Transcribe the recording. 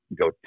go